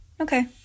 Okay